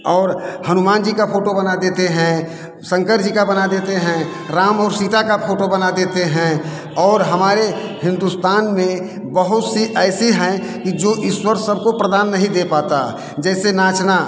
और हनुमान जी की फ़ोटो बना देते हैं शंकर जी का बना देते हैं राम और सीता की फ़ोटो बना देते हैं और हमारे हिंदुस्तान में बहुत सी ऐसी हैं कि जो ईश्वर सबको प्रदान नहीं दे पाता जैसे नाचना